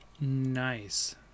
nice